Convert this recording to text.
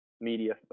Media